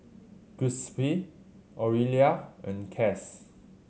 Giuseppe Orelia and Cas